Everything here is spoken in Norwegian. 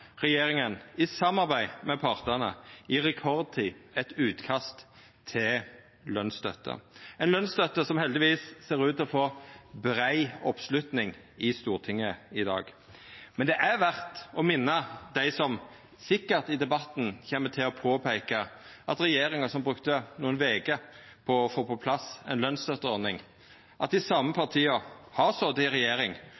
regjeringa i samarbeid med partane på rekordtid eit utkast til lønsstøtte – ei lønsstøtte som heldigvis ser ut til å få brei oppslutning i Stortinget i dag. Men det er verdt å minna dei som i debatten sikkert kjem til å påpeika at regjeringa har brukt nokre veker på å få på plass ei lønsstøtteordning, om at dei same